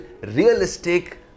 realistic